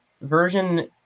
version